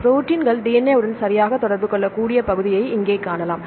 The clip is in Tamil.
ப்ரோடீன்கள் DNA வுடன் சரியாக தொடர்பு கொள்ளக்கூடிய பகுதியை இங்கே காணலாம்